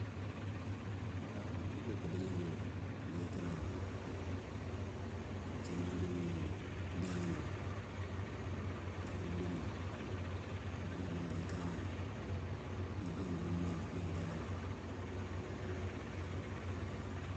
Waw ngëguk di ngajee ngëyëkëran acinadi, pëdialan ngul na pëduduŋul ţulţi ngajoon ngëyëkëran. nijoonëdolin nink joonë dialan niŋ.